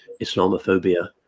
Islamophobia